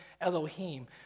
Elohim